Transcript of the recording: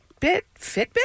Fitbit